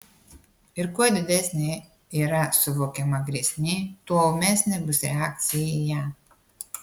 ir kuo didesnė yra suvokiama grėsmė tuo ūmesnė bus reakcija į ją